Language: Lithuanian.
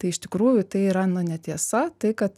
tai iš tikrųjų tai yra na netiesa tai kad